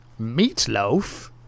Meatloaf